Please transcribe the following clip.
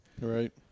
Right